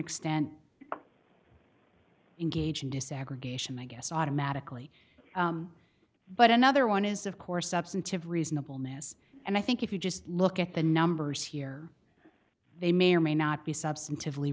extent engage in desegregation i guess automatically but another one is of course substantive reasonable ness and i think if you just look at the numbers here they may or may not be substantive